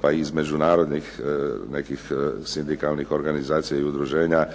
pa između narodnih nekih sindikalnih udruženja